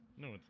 No